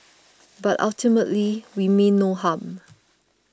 but ultimately we mean no harm